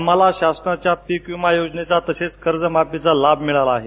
आम्हाला शासनाच्या पीकविमा योजनेचा तसंच कर्जमाफीचा लाभ मिळाला आहे